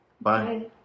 bye